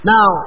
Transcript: Now